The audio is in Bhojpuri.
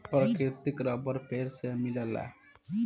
प्राकृतिक रबर पेड़ से मिलेला